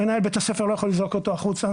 מנהל בית הספר לא יכול לזרוק אותו החוצה.